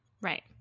Right